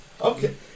okay